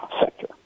sector